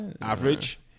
average